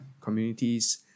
communities